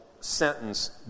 sentence